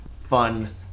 fun